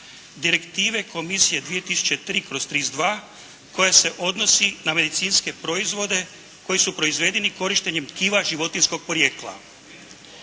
Direktive Komisije 2003/32 koja se odnosi na medicinske proizvode koji su proizvedeni korištenjem tkiva životinjskog porijekla.